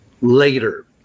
later